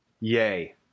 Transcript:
yay